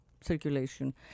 circulation